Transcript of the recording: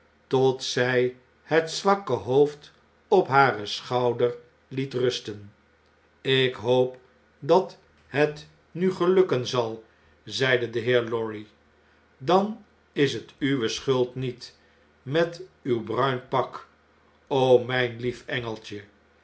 tot zjj het zwakke hoofd op haar schouder liet rusten ik hoop dat het nu gelukken zal zeide de heer lorry dan is het uwe schuld niet met uw bruin pak mjjn lief engeltje